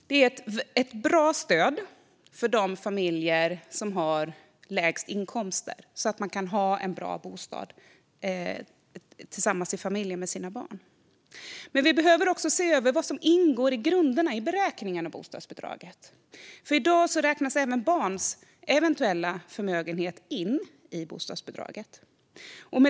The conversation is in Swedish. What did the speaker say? Det är ett bra stöd för att de barnfamiljer som har lägst inkomster ska kunna ha en bra bostad. Vi behöver dock se över vad som ingår i grunderna för beräkningen av bostadsbidraget. I dag räknas även barns eventuella förmögenhet in i bostadsbidraget.